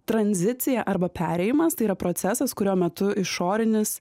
tranzicija arba perėjimas tai yra procesas kurio metu išorinis